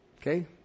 Okay